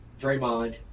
Draymond